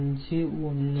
051 0